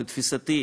לתפיסתי,